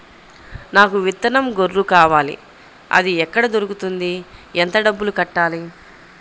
నాకు విత్తనం గొర్రు కావాలి? అది ఎక్కడ దొరుకుతుంది? ఎంత డబ్బులు కట్టాలి?